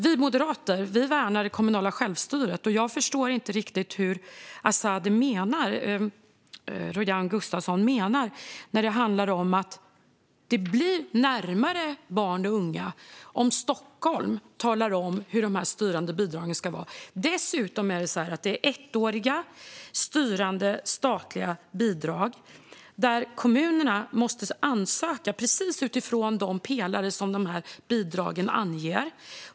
Vi moderater värnar det kommunala självstyret, och jag förstår inte riktigt hur Azadeh Rojhan Gustafsson menar att detta kommer närmare barn och unga om Stockholm talar om hur de styrande bidragen ska användas. Dessutom handlar det om ettåriga styrande statliga bidrag, där kommunerna måste ansöka utifrån precis de pelare som bidragen anger.